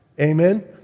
Amen